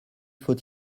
faut